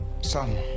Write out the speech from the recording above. son